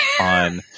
on